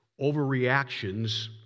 overreactions